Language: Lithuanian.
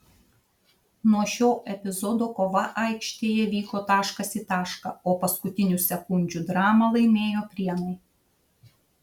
nuo šio epizodo kova aikštėje vyko taškas į tašką o paskutinių sekundžių dramą laimėjo prienai